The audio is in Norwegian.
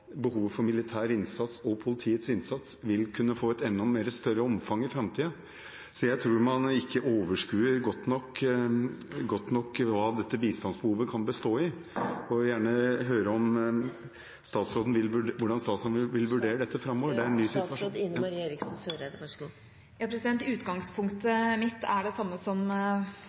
behovet for militær innsats og politiets innsats vil kunne få et enda større omfang i framtiden. Jeg tror ikke man overskuer godt nok hva bistandsbehovet kan bestå i. Jeg vil gjerne høre hvordan statsråden vil vurdere dette framover – det er en ny situasjon. Utgangspunktet mitt er det samme som for så